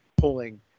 pulling